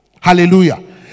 Hallelujah